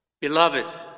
Beloved